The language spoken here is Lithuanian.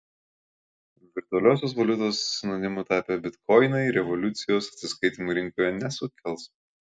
virtualiosios valiutos sinonimu tapę bitkoinai revoliucijos atsiskaitymų rinkoje nesukels